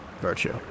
virtue